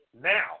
Now